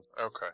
Okay